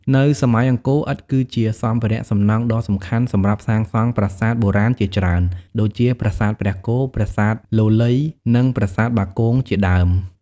នៅសម័យអង្គរ ឥដ្ឋគឺជាសម្ភារៈសំណង់ដ៏សំខាន់សម្រាប់សាងសង់ប្រាសាទបុរាណជាច្រើន ដូចជា ប្រាសាទព្រះគោ ប្រាសាទលលៃ និងប្រាសាទបាគងជាដើម។